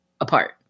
apart